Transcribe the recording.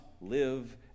live